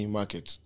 Market